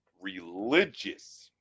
religious